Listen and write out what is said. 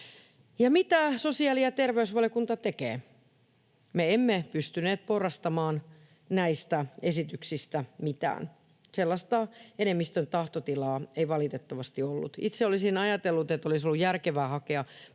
mitä sosiaali‑ ja terveysvaliokunta tekee? Me emme pystyneet porrastamaan näistä esityksistä mitään. Sellaista enemmistön tahtotilaa ei valitettavasti ollut. Itse olisin ajatellut, että olisi ollut järkevää hakea